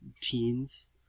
teens